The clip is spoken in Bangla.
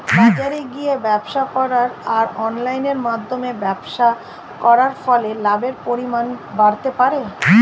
বাজারে গিয়ে ব্যবসা করা আর অনলাইনের মধ্যে ব্যবসা করার ফলে লাভের পরিমাণ বাড়তে পারে?